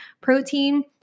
protein